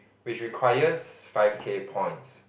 which requires five K points